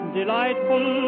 delightful